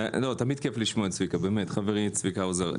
תמיד כיף לשמוע את חברי צביקה האוזר.